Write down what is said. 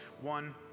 one